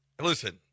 listen